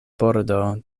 pordo